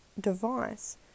device